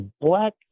black